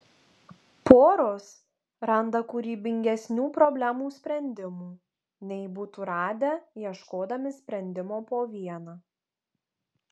poros randa kūrybingesnių problemų sprendimų nei būtų radę ieškodami sprendimo po vieną